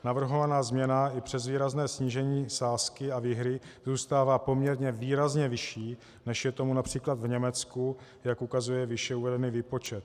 Navrhovaná změna i přes výrazné snížení sázky a výhry zůstává poměrně výrazně vyšší, než je tomu například v Německu, jak ukazuje výše uvedený výpočet.